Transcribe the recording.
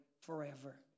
forever